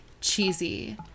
cheesy